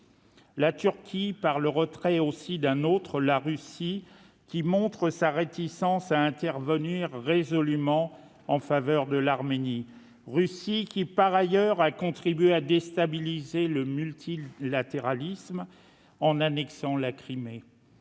la Turquie, et par le retrait d'un autre, la Russie, qui montre sa réticence à intervenir résolument en faveur de l'Arménie. Russie, qui, par ailleurs, a contribué à déstabiliser le multilatéralisme en annexant la Crimée.